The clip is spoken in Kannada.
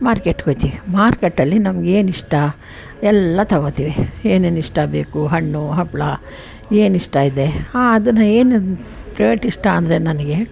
ಮಾರ್ಕೆಟ್ಟಿಗೆ ಓಯ್ತೀವಿ ಮಾರ್ಕೆಟಲ್ಲಿ ನಮಗೇನಿಷ್ಟ ಎಲ್ಲ ತೊಗೊತೀವಿ ಏನೇನಿಷ್ಟ ಬೇಕು ಹಣ್ಣು ಹಂಪ್ಲ ಏನಿಷ್ಟ ಇದೆ ಆ ಅದನ್ನು ಏನು ಇಷ್ಟ ಅಂದರೆ ನನಗೆ